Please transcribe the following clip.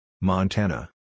Montana